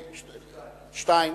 שתיים.